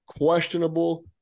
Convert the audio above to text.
questionable